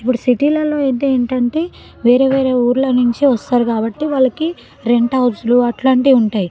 ఇప్పుడు సిటీలలో అయితే ఏంటంటే వేరే వేరే ఊర్ల నుంచి వస్తారు కాబట్టి వాళ్ళకి రెంట్ హౌసులు అట్లాంటివి ఉంటాయి